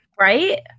Right